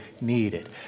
needed